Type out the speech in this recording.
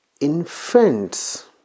infant's